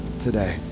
today